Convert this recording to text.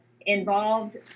involved